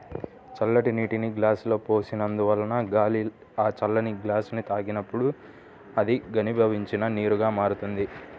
చల్లటి నీటిని గ్లాసులో పోసినందువలన గాలి ఆ చల్లని గ్లాసుని తాకినప్పుడు అది ఘనీభవించిన నీరుగా మారుతుంది